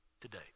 today